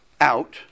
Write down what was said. out